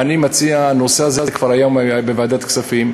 אני מציע: הנושא הזה כבר היה היום בוועדת הכספים.